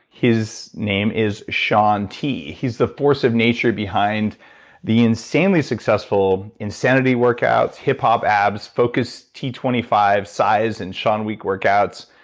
his name is shaun t. he's the force of nature behind the insanely successful insanity workout, hip-hop abs, focus t two five, cize, and shaun week workouts.